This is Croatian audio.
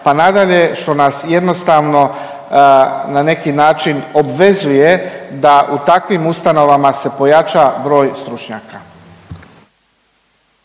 pa nadalje, što nas jednostavno na neki način obvezuje da u takvim ustanovama se pojača broj stručnjaka.